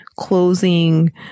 closing